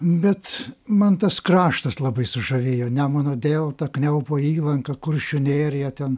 bet man tas kraštas labai sužavėjo nemuno delta kniaupo įlanka kuršių nerija ten